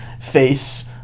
face